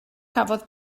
cafodd